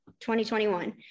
2021